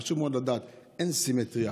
חשוב מאוד לדעת: אין סימטריה.